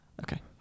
Okay